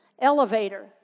Elevator